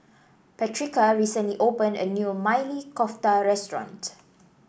Patrica recently opened a new Maili Kofta Restaurant